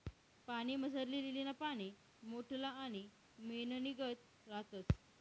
पाणीमझारली लीलीना पाने मोठल्ला आणि मेणनीगत रातस